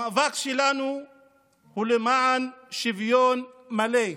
המאבק שלנו הוא למען שוויון מלא.